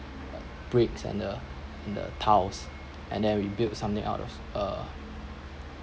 ugh bricks and the the tiles and then rebuild something out of a